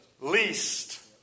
least